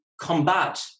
combat